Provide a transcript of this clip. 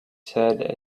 said